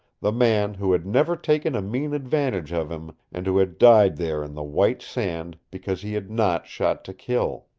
the man who had never taken a mean advantage of him, and who had died there in the white sand because he had not shot to kill.